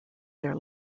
their